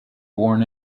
born